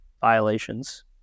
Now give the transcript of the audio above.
violations